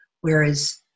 Whereas